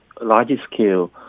large-scale